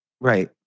Right